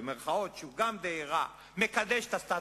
שהוא גם די רע, מקדש את הסטטוס-קוו,